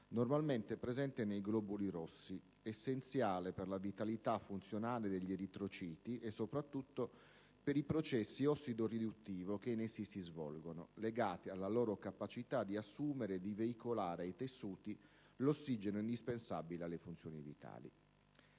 normalmente presente nei globuli rossi, essenziale per la vitalità funzionale degli eritrociti e, soprattutto, per i processi ossidoriduttivi che in essi si svolgono, legati alla loro capacità di assumere e veicolare ai tessuti l'ossigeno indispensabile alle funzioni vitali.